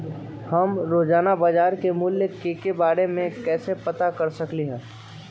हम रोजाना बाजार के मूल्य के के बारे में कैसे पता कर सकली ह?